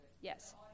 yes